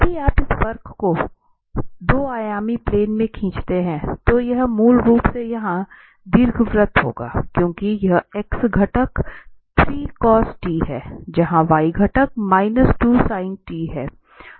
यदि आप इस वक्र को 2 आयामी प्लेन में खींचते हैं तो यह मूल रूप से यहां दीर्घवृत्त होगा क्योंकि यह x घटक 3 cos t है यहां y घटक 2 sin t है